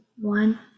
one